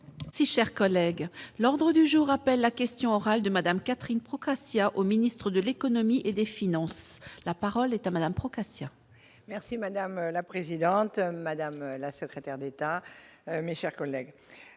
Si chers collègues, l'ordre du jour appelle la question orale de Madame Catherine Procaccia, au ministre de l'Économie et des Finances, la parole est à madame procréation. Merci madame la présidente, madame la secrétaire d'État mais, chers collègues,